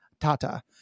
tata